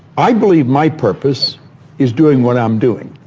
i believe my purpose is doing what i'm doing.